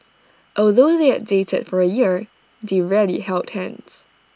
although they had dated for A year they rarely held hands